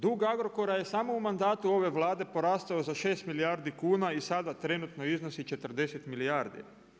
Dug Agrokora je samo u mandatu samo ove Vlade porastao za 6 milijardi kuna i sada trenutno iznosi 40 milijardi.